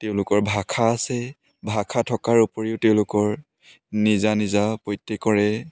তেওঁলোকৰ ভাষা আছে ভাষা থকাৰ উপৰিও তেওঁলোকৰ নিজা নিজা প্ৰত্যেকৰে